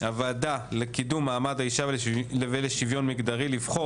לוועדה לקידום מעמד האישה ולשוויון מגדרי לבחור